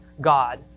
God